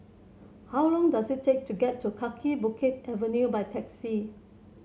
how long does it take to get to Kaki Bukit Avenue by taxi